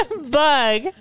bug